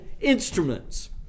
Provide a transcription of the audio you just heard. instruments